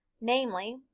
namely